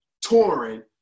touring